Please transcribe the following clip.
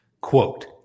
Quote